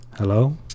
Hello